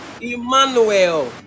Emmanuel